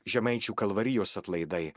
žemaičių kalvarijos atlaidai